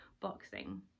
boxing